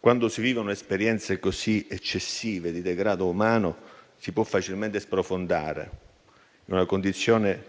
Quando si vivono esperienze così eccessive di degrado umano, si può facilmente sprofondare in una condizione